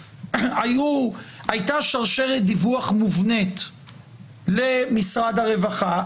הייתה שרשרת דיווח מובנית למשרד הרווחה,